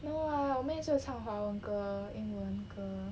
no what 我们也是有唱华文歌英文歌